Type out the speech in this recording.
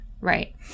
right